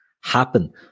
happen